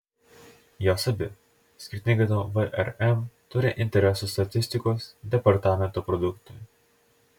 jos abi skirtingai nuo vrm turi interesų statistikos departamento produktui